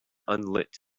unlit